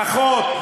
פחות.